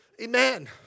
amen